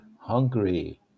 hungry